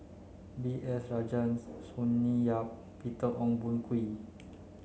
B S Rajhans Sonny Yap Peter Ong Boon Kwee